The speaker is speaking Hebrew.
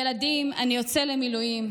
// ילדים, אני יוצא למילואים.